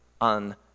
on